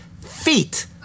feet